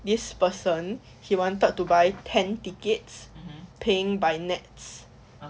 this person he wanted to buy ten tickets paying by nets